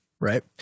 right